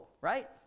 right